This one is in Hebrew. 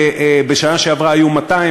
בשנה שעברה היו 200,